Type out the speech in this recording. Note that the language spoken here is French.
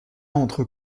entre